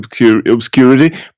obscurity